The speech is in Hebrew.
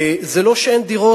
זה לא שאין דירות,